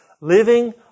living